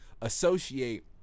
associate